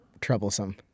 troublesome